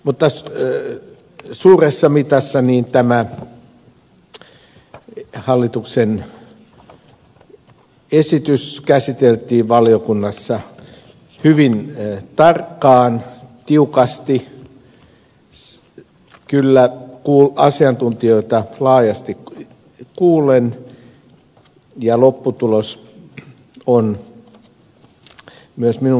mutta suuressa mitassa tämä hallituksen esitys käsiteltiin valiokunnassa hyvin tarkkaan tiukasti asiantuntijoita laajasti kuullen ja lopputulos on myös minun mielestäni ihan hyvä